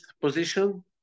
position